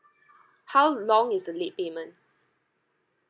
how long is the late payment